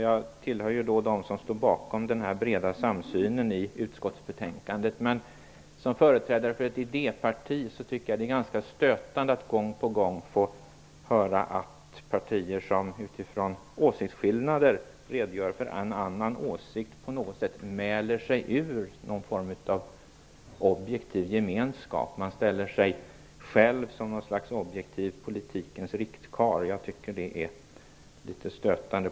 Jag tillhör dem som står bakom den breda samsynen i utskottsbetänkandet, men som företrädare för ett idéparti tycker jag att det är ganska stötande att gång på gång få höra att partier som utifrån åsiktsskillnader redogör för en annan åsikt, på något sätt mäler sig ur någon form av objektiv gemenskap. Man framställer sig själv som något slags objektiv politikens riktkarl. Jag tycker att det är litet stötande.